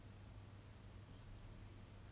一部 eh it's really messed up